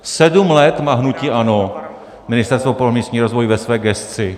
Sedm let má hnutí ANO Ministerstvo pro místní rozvoj ve své gesci.